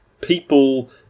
people